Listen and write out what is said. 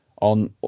on